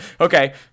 Okay